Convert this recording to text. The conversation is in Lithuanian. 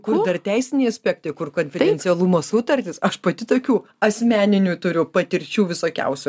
kur dar teisiniai aspektai kur konfidencialumo sutartys aš pati tokių asmeninių turiu patirčių visokiausių